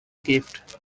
gift